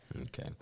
Okay